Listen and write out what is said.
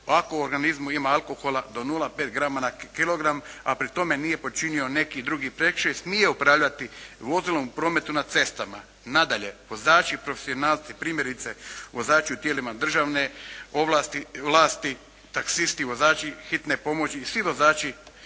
ako u organizmu ima alkohola do 0,5 g na kilogram a pri tome nije počinio neki drugi prekršaj smije upravljati vozilom u prometu na cestama. Nadalje, vozači i profesionalci, primjerice vozači u tijelima državne vlasti, taxisti, vozači hitne pomoći i svi vozači